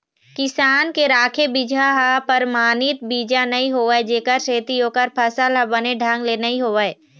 किसान के राखे बिजहा ह परमानित बीजा नइ होवय जेखर सेती ओखर फसल ह बने ढंग ले नइ होवय